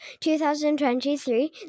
2023